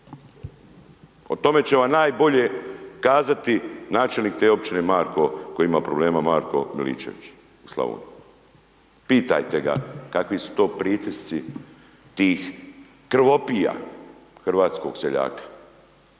O tome će vam najbolje kazati načelnik te općine Marko koji ima problem Marko Miličević u Slavoniji. Pitajte ga kakvi su to pritisci tih krvopija hrvatskog seljaka